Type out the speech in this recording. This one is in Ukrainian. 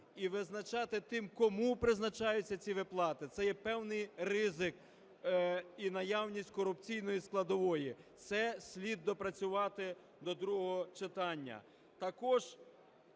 і визначати тим, кому призначаються ці виплати, це є певний ризик і наявність корупційної складової. Це слід доопрацювати до другого читання.